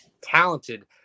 talented